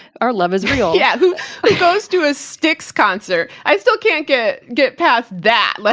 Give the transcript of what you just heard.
our love is real. yeah, who goes to a styx concert? i still can't get get past that. like